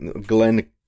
Glenn